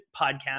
podcast